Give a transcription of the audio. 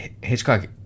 Hitchcock